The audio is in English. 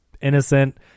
innocent